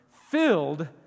filled